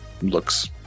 Looks